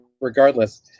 regardless